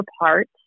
apart